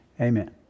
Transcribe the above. Amen